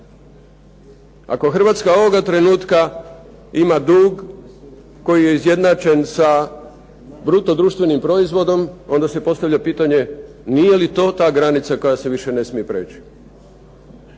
Ako Hrvatska ovoga trenutka ima dug koji je izjednačen sa bruto društvenim proizvodom onda se postavlja pitanje, nije li to ta granica koja se više ne smije preći?